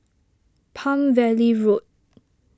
Palm Valley Road